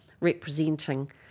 representing